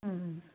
অঁ